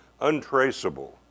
untraceable